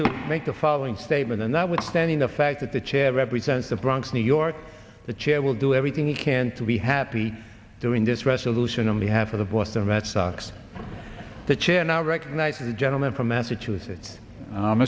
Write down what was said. to make the following statement and that withstanding the fact that the chair represents the bronx new york the chair will do everything you can to be happy doing this resolution only half of the boston red sox the chair now recognizes the gentleman from massachusetts